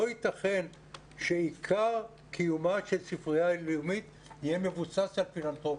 לא ייתכן שעיקר קיומה של ספרייה לאומית יהיה מבוסס על פילנתרופיה.